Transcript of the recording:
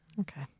Okay